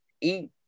eat